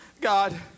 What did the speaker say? God